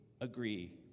agree